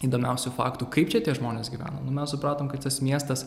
įdomiausių faktų kaip čia tie žmonės gyveno mes supratom kad tas miestas